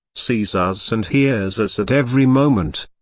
sees us and hears us at every moment.